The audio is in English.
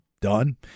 Done